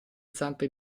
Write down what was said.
zampe